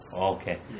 Okay